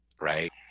right